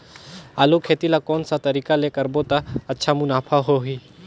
आलू खेती ला कोन सा तरीका ले करबो त अच्छा मुनाफा होही?